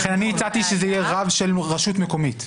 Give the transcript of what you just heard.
לכן אני הצעתי שזה יהיה רב של רשות מקומית.